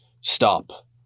stop